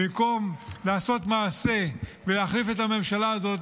במקום לעשות מעשה ולהחליף את הממשלה הזאת,